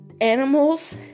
animals